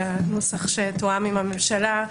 והנוסח שתואם עם הממשלה,